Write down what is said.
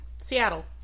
Seattle